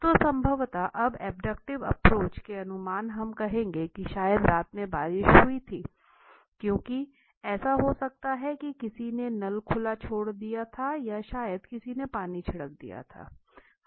तो संभवत अब अब्डक्टिव अप्रोच के अनुमान हम कहेंगे कि शायद रात में बारिश हुई थी क्योंकि ऐसा हो सकता है कि किसी ने नल खुला छोड़ दिया था या शायद किसी ने पानी छिड़क दिया था